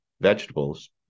vegetables